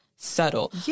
subtle